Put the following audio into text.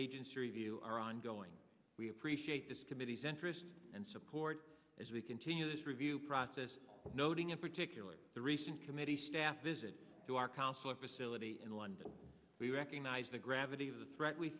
agency review are ongoing we appreciate this committee's interest and support as we continue this review process noting in particular the recent committee staff visit to our consular facility in london we recognize the gravity of the threat we